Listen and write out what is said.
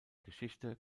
geschichte